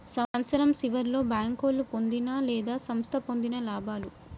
సంవత్సరం సివర్లో బేంకోలు పొందిన లేదా సంస్థ పొందిన లాభాలు